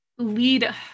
Lead